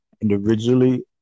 individually